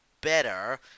better